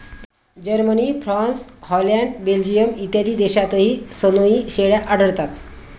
Germany, France, Holland, Belgium इत्यादी देशांतही सनोई शेळ्या आढळतात